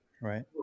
right